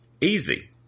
Easy